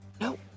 No